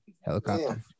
helicopter